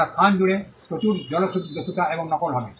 তারা স্থান জুড়ে প্রচুর জলদস্যুতা এবং নকল হবে